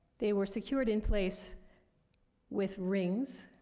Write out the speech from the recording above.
they were secured in place with rings,